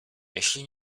jeśli